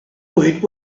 woot